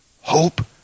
hope